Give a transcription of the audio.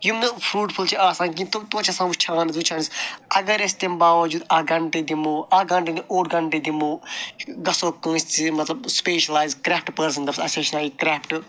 یِم نہٕ فرٛوٗٹفُل چھِ آسان کِہیٖنۍ تِم تویتہِ چھِ آسان وٕچھان حظ وٕچھان أسۍ اَگر أسۍ تَمہِ باوَجوٗد اکھ گھَنٛٹہٕ دِمو اکھ گھَنٛٹہٕ نہٕ اوٚڑ گھَنٛٹہٕ دِمو گژھو کٲنٛسہِ مطلب سٕپیشلایِز کرٛافٹ پٔرسَن دَپووس اَسہِ ہیٚچھناو یہِ کرٛافٹ